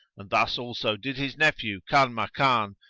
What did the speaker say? and thus also did his nephew kanmakan,